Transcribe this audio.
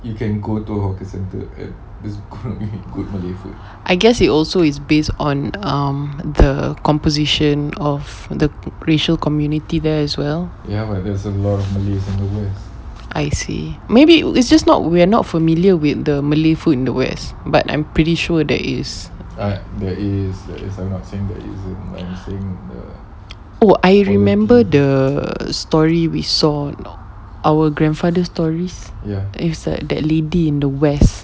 I guess it also based on the composition of the racial communities there as well I see maybe it's just we are not familiar with the malay food in the west but I'm pretty sure there is I remember the story we saw our grandfather stories it's like the lady in the west